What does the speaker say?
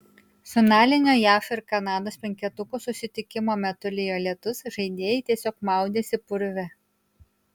finalinio jav ir kanados penketukų susitikimo metu lijo lietus žaidėjai tiesiog maudėsi purve